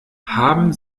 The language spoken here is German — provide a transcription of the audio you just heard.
haben